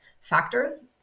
factors